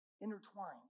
intertwined